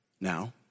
now